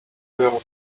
will